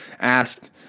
asked